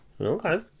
okay